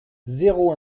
zéro